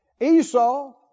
Esau